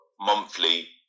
monthly